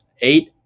Eight